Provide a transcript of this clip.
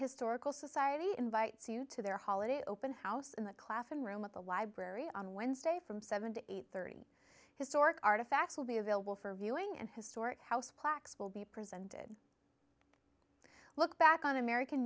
historical society invites you to their holiday open house in the clapham room at the library on wednesday from seven to thirty historic artifacts will be available for viewing and historic house plaques will be presented i look back on american